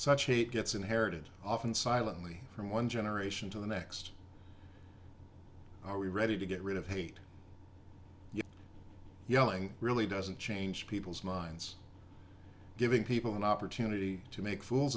such hate gets inherited often silently from one generation to the next are we ready to get rid of hate yeah yelling really doesn't change people's minds giving people an opportunity to make fools